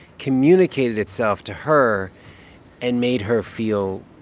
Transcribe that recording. communicated itself to her and made her feel.